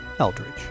Eldridge